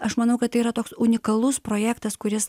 aš manau kad tai yra toks unikalus projektas kuris